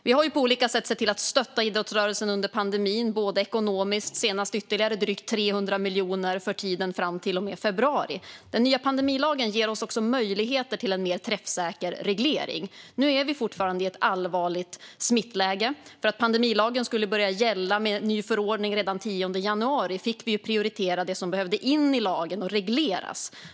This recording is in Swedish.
Vi har på olika sätt sett till att stötta idrottsrörelsen under pandemin, bland annat ekonomiskt, senast med ytterligare drygt 300 miljoner för tiden fram till och med februari. Den nya pandemilagen ger oss möjligheter till en mer träffsäker reglering. Nu är vi fortfarande i ett allvarligt smittläge. För att pandemilagen skulle kunna börja gälla med en ny förordning redan den 10 januari fick vi prioritera det som behövde in i lagen och regleras.